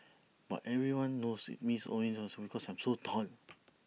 but everyone knows it's me all in these way because I'm so tall